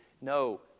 No